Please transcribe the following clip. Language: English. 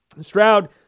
Stroud